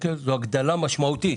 הגדלה משמעותית,